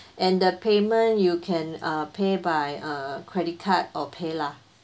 and the payment you can uh pay by a credit card or paylah